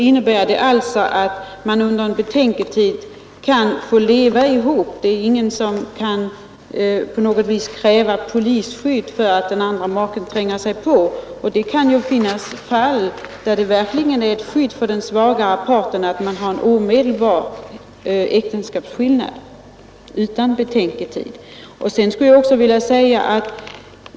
Detta betyder att makarna under en betänketid kan få leva tillsammans utan att den ena av dem kan begära polisskydd mot att den andra tränger på. Det kan finnas fall, där omedelbar äktenskapsskillnad utan betänketid verkligen är ett skydd för den svagare parten.